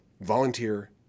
volunteer